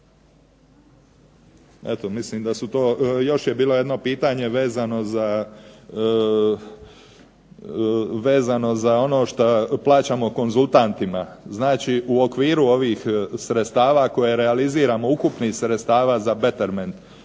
Eto mislim da su to. Još je bilo jedno pitanje vezano za ono šta plaćamo konzultantima. Znači u okviru ovih sredstava koje realiziramo, ukupnih sredstava za betterment,